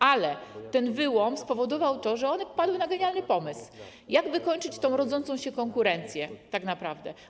Ale ten wyłom spowodował to, że one wpadły na genialny pomysł: jak wykończyć tę rodzącą się konkurencję tak naprawdę.